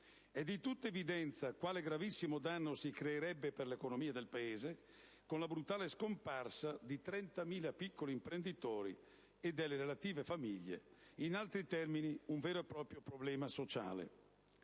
È di tutta evidenza quale gravissimo danno si creerebbe per l'economia del Paese con la brutale "scomparsa" di 30.000 piccoli imprenditori e delle relative famiglie. In altri termini, un vero e proprio problema sociale;